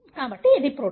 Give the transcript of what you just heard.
కాబట్టి ఇది ప్రోటీమ్